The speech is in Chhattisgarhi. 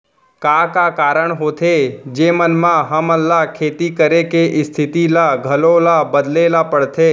का का कारण होथे जेमन मा हमन ला खेती करे के स्तिथि ला घलो ला बदले ला पड़थे?